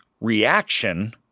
reaction